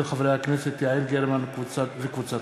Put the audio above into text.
מאת חברי הכנסת יעל גרמן, אורי